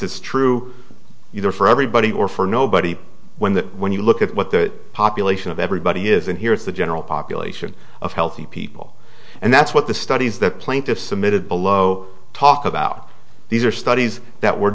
it's true either for everybody or for nobody when that when you look at what the population of everybody is and here is the general population of healthy people and that's what the studies that plaintiffs submitted below talked about these are studies that were